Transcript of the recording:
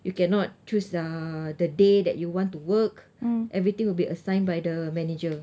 you cannot choose uh the day that you want to work everything will be assigned by the manager